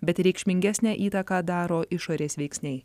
bet reikšmingesnę įtaką daro išorės veiksniai